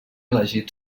elegit